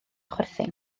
chwerthin